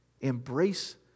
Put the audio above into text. Embrace